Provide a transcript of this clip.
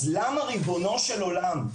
אז למה ריבונו של עולם,